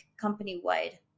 company-wide